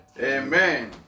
Amen